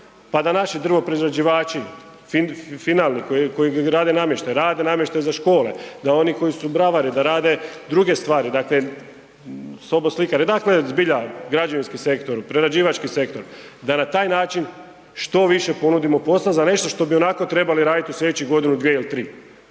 pa da naši drvoprerađivači finalni koji grade namještaj, rade namještaj za škole da oni koji su bravari da rade druge stvari, soboslikari, dakle zbilja građevinski sektor, prerađivački sektora da na taj način što više ponudimo posla za nešto što bi ionako trebali radit u slijedećih godinu, dvije ili tri,